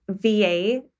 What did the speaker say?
VA